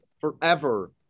forever